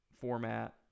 format